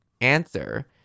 answer